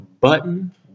button